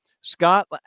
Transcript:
Scott